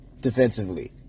defensively